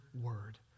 word